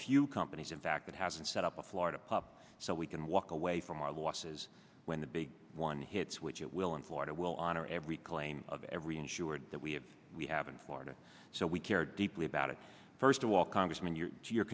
few companies in fact that hasn't set up a florida pub so we can walk away from our losses when the big one hits which it will in florida will honor every claim of every insured that we have we have in florida so we care deeply about it first of all congressman your two y